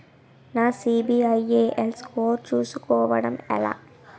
నా CIBIL score చుస్కోవడం ఎలా?